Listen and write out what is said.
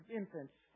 infants